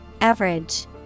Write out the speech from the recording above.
Average